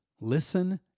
listen